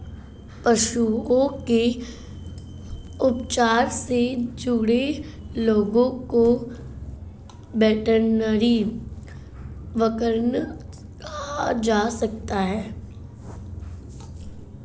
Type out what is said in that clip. पशुओं के उपचार से जुड़े लोगों को वेटरनरी वर्कर कहा जा सकता है